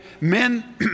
men